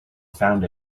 found